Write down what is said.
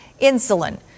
insulin